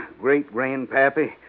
great-grandpappy